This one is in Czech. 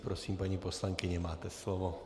Prosím, paní poslankyně, máte slovo.